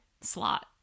slot